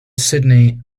sydney